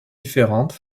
différente